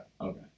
Okay